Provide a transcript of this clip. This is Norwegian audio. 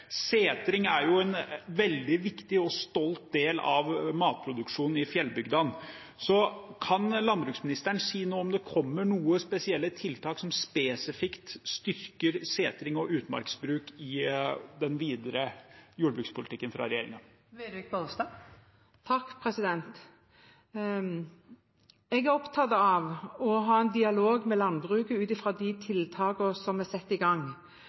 Setring er jo en veldig viktig og stolt del av matproduksjonen i fjellbygdene. Kan landbruksministeren si noe om hvorvidt det kommer noen spesielle tiltak som spesifikt styrker setring og utmarksbruk, i den videre jordbrukspolitikken fra regjeringen? Jeg er opptatt av å ha en dialog med landbruket ut fra de tiltakene som er satt i gang,